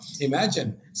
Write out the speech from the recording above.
Imagine